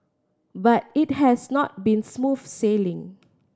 but it has not been smooth sailing